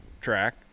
track